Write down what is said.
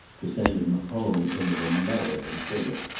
to send him home in an american frigate.